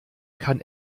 kann